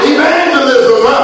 Evangelism